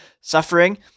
suffering